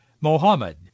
Mohammed